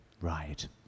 Right